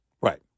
right